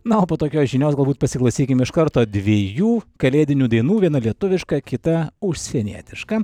na o po tokios žinios galbūt pasiklausykim iš karto dviejų kalėdinių dainų viena lietuviška kita užsienietiška